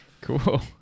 Cool